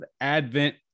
Advent